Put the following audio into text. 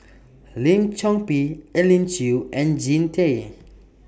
Lim Chor Pee Elim Chew and Jean Tay